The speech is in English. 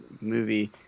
movie